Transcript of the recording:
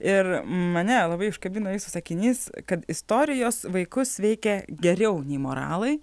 ir mane labai užkabino jūsų sakinys kad istorijos vaikus veikia geriau nei moralai